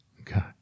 okay